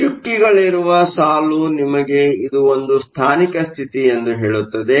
ಚುಕ್ಕಿಗಳಿರುವ ಸಾಲು ನಿಮಗೆ ಇದು ಒಂದು ಸ್ಥಾನಿಕ ಸ್ಥಿತಿ ಎಂದು ಹೇಳುತ್ತದೆ